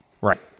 right